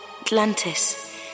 Atlantis